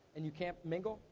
and you can't mingle.